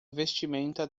vestimenta